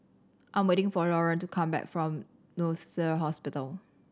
I am waiting for Lauryn to come back from Hospital